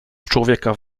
człowieka